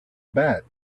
bad